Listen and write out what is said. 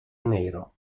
nero